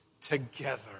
together